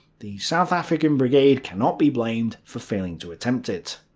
the south african brigade cannot be blamed for failing to attempt it.